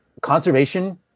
conservation